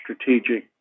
strategic